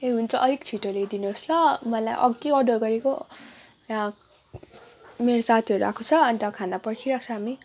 ए हुन्छ अलिक छिटो ल्याइदिनुहोस् ल मलाई अघि अर्डर गेरको यहाँ मेरो साथीहरू आएको छ अन्त खाना पर्खिरहेको हामी